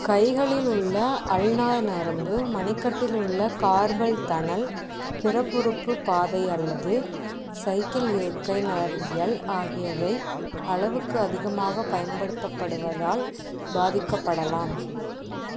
கைகளில் உள்ள அல்னார் நரம்பு மணிக்கட்டில் உள்ள கார்பல் தனல் பிறப்புறுப்பு பாதை அல்லது சைக்கிள் இருக்கை நரம்பியல் ஆகியவை அளவுக்கு அதிகமாக பயன்படுத்தப்படுவதால் பாதிக்கப்படலாம்